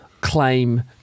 claim